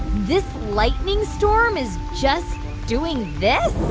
this lightning storm is just doing this